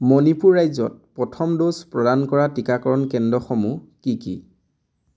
মণিপুৰ ৰাজ্যত প্ৰথম ড'জ প্ৰদান কৰা টীকাকৰণ কেন্দ্ৰসমূহ কি কি